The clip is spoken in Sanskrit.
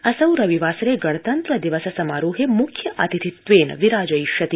असौ रविवासरे गणतन्त्र दिवस समारोहे मुख्यातिथित्वेन विराजयिष्यति